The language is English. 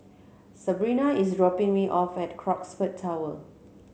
Sebrina is dropping me off at Crockford Tower